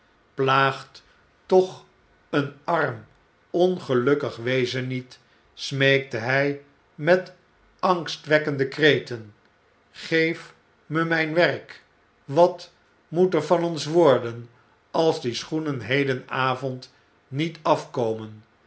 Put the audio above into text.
plaagt toch een arm ongelukkig wezenniet smeekte hy met angstwekkende kreten geeft me myn werk wat moet er van ons worden als die schoenen hedenavond niet afkomen